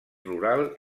rural